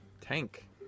tank